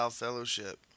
Fellowship